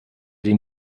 den